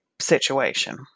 situation